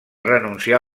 renunciar